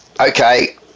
okay